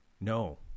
No